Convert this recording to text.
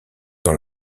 dans